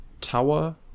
tower